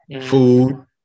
food